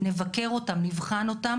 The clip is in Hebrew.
נבקר אותן,